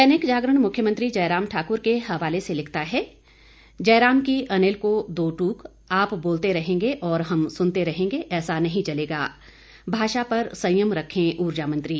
दैनिक जागरण मुख्यमंत्री जयराम ठाकुर के हवाले से लिखता है जयराम की अनिल को दो टूक आप बोलते रहेंगे और हम सुनते रहेंगे ऐसा नहीं चलेगा भाषा पर संयम रखें ऊर्जा मंत्री